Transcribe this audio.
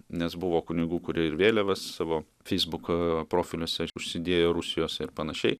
nes buvo kunigų kurie ir vėliavas savo feisbuko profiliuose užsidėjo rusijos ir panašiai